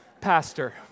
Pastor